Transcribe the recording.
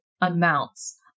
amounts